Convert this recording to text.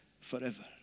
forever